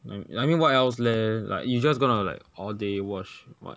no I mean what else leh like you just gonna like all day watch [what]